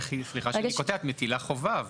סליחה שאני קוטע אותך, אבל את מטילה פה חובה.